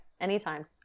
anytime